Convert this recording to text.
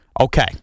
Okay